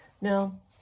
Now